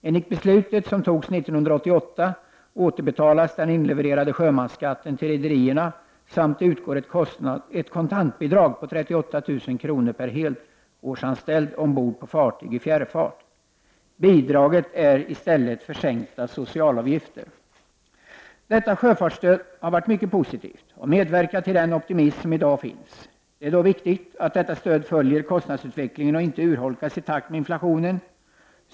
Enligt beslutet, som togs 1988, återbetalas den inlevererade sjömansskatten till rederierna samt utgår ett kontantbidrag på 38 000 kr. per helårsanställd ombord på fartyg i fjärrfart. Bidraget är i stället för sänkta socialavgifter. Detta sjöfartsstöd har varit mycket positivt och medverkat till den opti mism som finns i dag. Det är dock viktigt att detta stöd följer kostnadsutvecklingen och inte urholkas i takt med inflationen.